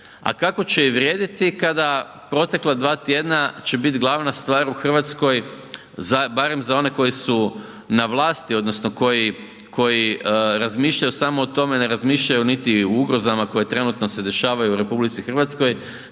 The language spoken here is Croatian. A kako će i vrijediti kada protekla dva tjedna će biti glavna stvar u Hrvatskoj barem za one koji su na vlasti odnosno koji razmišljaju samo o tome, ne razmišljaju niti o ugrozama koje se trenutno dešavaju u RH,